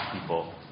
people